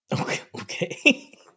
Okay